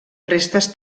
restes